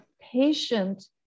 patient